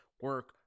Work